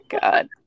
god